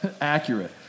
accurate